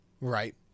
right